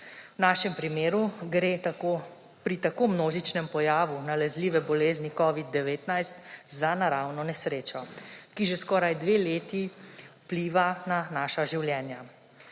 V našem primeru gre pri tako množičnem pojavu nalezljive bolezni covid-19 za naravno nesrečo, ki že skoraj dve leti vpliva na naša življenja.